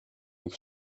üks